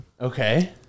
Okay